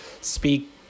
speak